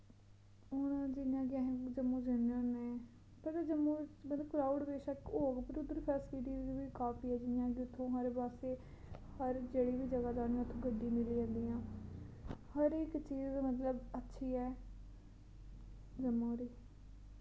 हून जियां कि असें जम्मू जन्ने होन्ने पर जम्मू च मतलव क्राऊड बेशक्क होग पर उध्दर फैसिलिटीज वी काफी ऐ जियां कि उत्थों साढ़े वास्ते हर जेह्ड़ी वी जगाह् जन्ने उत्थूं गड्डी मिल्ली जंदियां हर इक चीज मतलव अच्छी ऐ जम्मू दी